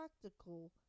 practical